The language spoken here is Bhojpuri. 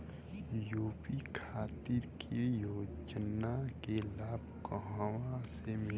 यू.पी खातिर के योजना के लाभ कहवा से मिली?